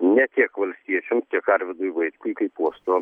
ne tiek valstiečiam tiek arvydui vaitkui uosto